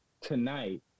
tonight